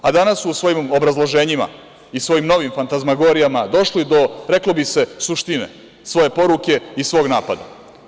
A danas u svojim obrazloženjima i svojim novim fantazmagorijama došli do, reklo bi se suštine svoje poruke i svog napada.